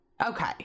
Okay